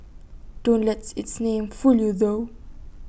don't let its name fool you though